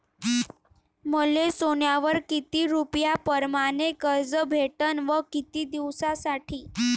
मले सोन्यावर किती रुपया परमाने कर्ज भेटन व किती दिसासाठी?